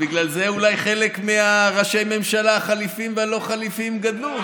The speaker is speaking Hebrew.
בגלל זה אולי חלק מראשי הממשלה החליפיים והלא-חליפיים גדלו.